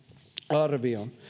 arvioon